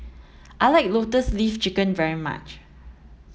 I like lotus leaf chicken very much